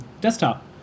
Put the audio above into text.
desktop